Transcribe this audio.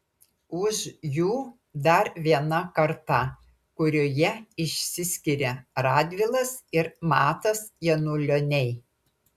už jų dar viena karta kurioje išsiskiria radvilas ir matas janulioniai